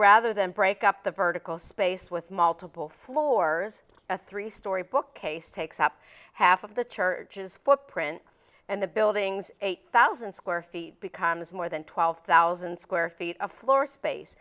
rather than break up the vertical space with multiple floors a three storey bookcase takes up half of the churches footprint and the buildings eight thousand square feet becomes more than twelve thousand square feet of floor space